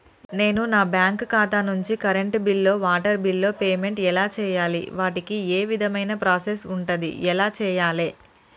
నేను నా బ్యాంకు ఖాతా నుంచి కరెంట్ బిల్లో వాటర్ బిల్లో పేమెంట్ ఎలా చేయాలి? వాటికి ఏ విధమైన ప్రాసెస్ ఉంటది? ఎలా చేయాలే?